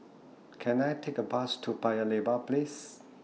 Can I Take A Bus to Paya Lebar Place